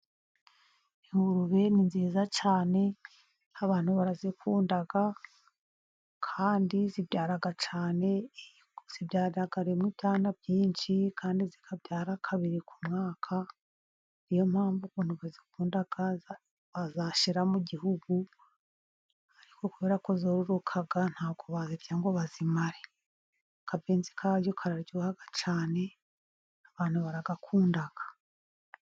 Ingurube ni nziza cyane abantu barazikunda ,kandi zibyara cyane, zibyarira rimwe ibyana byinshi ,kandi zikabyara kabiri ku mwaka ,ni yo mpamvu abantu bazikunda ,ntabwo zashira mu gihugu, ariko kubera ko zororoka ntabwo bazirya ngo bazimare, akabenzi kayo kararyoha cyane abantu baragakunda.